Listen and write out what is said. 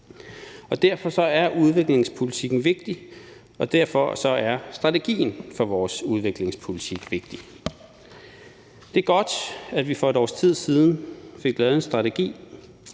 Derfor er udviklingspolitikken vigtig, og derfor er strategien for vores udviklingspolitik vigtig. Det er godt, at vi for et års tid siden fik lavet en strategi,